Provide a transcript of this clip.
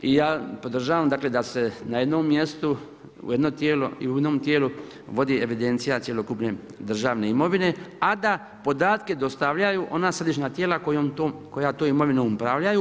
I ja podržavam dakle da se na jednom mjestu u jedno tijelo, i u jednom tijelu vodi evidencija cjelokupne državne imovine a da podatke dostavljaju ona središnja tijela koja tom imovinom upravljaju.